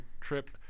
trip